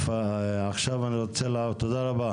תודה רבה.